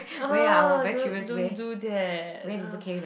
ah don't don't do that uh